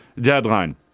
deadline